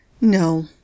No